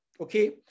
Okay